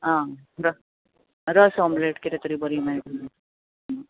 आं र रस आमलेट कितें तरी बरी मेळटा